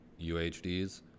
UHDs